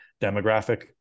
demographic